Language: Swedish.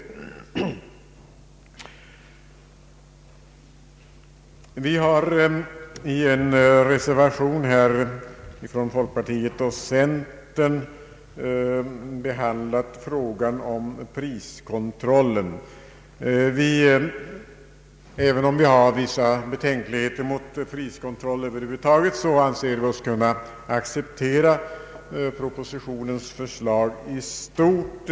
Vi har i en reservation från folkpartiet och centerpartiet behandlat frågan om priskontrollen. även om vi anför vissa betänkligheter mot priskontroller över huvud taget anser vi oss kunna acceptera propositionens förslag i stort.